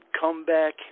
comeback